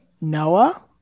Noah